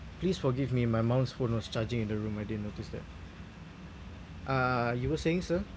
please forgive me my mom's phone was charging in the room I didn't notice that uh you were saying sir